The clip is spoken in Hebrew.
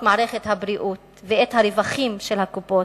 מערכת הבריאות ואת הרווחים של הקופות.